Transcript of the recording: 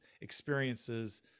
experiences